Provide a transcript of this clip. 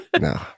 No